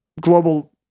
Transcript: global